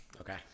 Okay